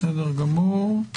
בסדר גמור.